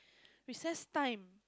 recess time